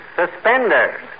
suspenders